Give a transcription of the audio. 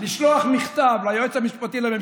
לשלוח מכתב ליועץ המשפטי לממשלה,